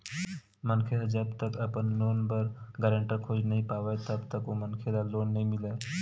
मनखे ह जब तक अपन लोन बर गारेंटर खोज नइ पावय तब तक ओ मनखे ल लोन नइ मिलय